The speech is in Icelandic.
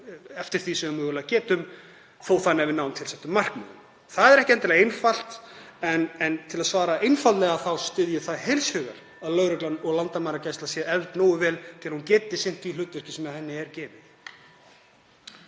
eftir því sem við mögulega getum, þó þannig að við náum tilsettum markmiðum. Það er ekki endilega einfalt. En svo ég svari þessu einfaldlega þá styð ég það heils hugar að lögreglan og landamæragæsla sé efld nógu vel til að hún geti sinnt því hlutverki sem henni er gefið.